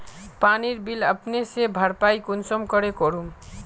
पानीर बिल अपने से भरपाई कुंसम करे करूम?